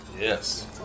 Yes